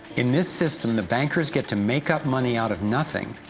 in this system, the bankers get to make up money out of nothing,